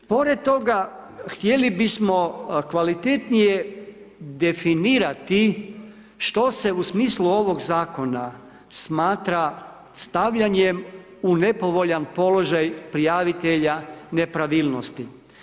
Pored toga htjeli bismo kvalitetnije definirati što se u smislu ovog zakona smatra stavljanjem u nepovoljni položaj prijavitelja nepravilnosti.